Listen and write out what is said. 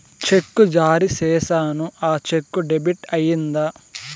చెక్కు జారీ సేసాను, ఆ చెక్కు డెబిట్ అయిందా